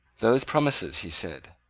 those promises, he said,